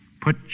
put